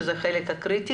שזה החלק הקריטי